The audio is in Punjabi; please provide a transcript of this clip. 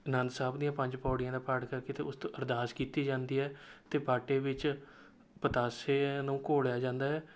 ਅਨੰਦ ਸਾਹਿਬ ਦੀਆਂ ਪੰਜ ਪੌੜੀਆਂ ਦਾ ਪਾਠ ਕਰਕੇ ਅਤੇ ਉਸ ਤੋਂ ਅਰਦਾਸ ਕੀਤੀ ਜਾਂਦੀ ਹੈ ਅਤੇ ਬਾਟੇ ਵਿੱਚ ਪਤਾਸਿਆਂ ਨੂੰ ਘੋਲਿਆ ਜਾਂਦਾ ਹੈ